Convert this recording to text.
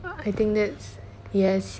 ah I think that's yes